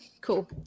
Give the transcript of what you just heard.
Cool